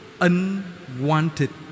unwanted